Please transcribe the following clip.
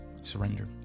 surrender